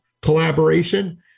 collaboration